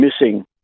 missing